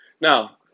Now